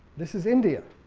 this is india